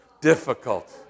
difficult